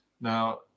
Now